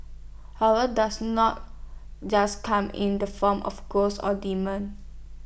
horror does not just come in the form of ghosts or demons